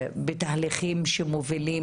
בתהליכים שמובילים,